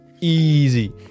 easy